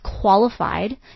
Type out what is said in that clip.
qualified